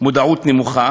מודעות נמוכה,